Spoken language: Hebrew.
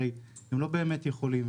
הרי הם לא באמת יכולים.